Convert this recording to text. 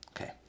Okay